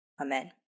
Amen